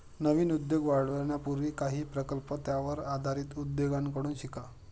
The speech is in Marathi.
नवीन उद्योग वाढवण्यापूर्वी काही प्रकल्प त्यावर आधारित उद्योगांकडून शिका